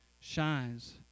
shines